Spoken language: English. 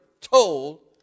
told